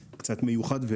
מה שאני רוצה להגיד,